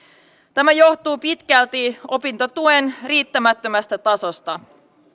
tämä johtuu pitkälti opintotuen riittämättömästä tasosta